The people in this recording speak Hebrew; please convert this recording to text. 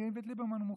מאיווט ליברמן הוא מוכן.